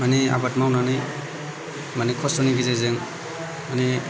माने आबाद मावनानै माने खस्थ'नि गेजेरजों माने